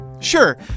Sure